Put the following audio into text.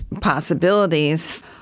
possibilities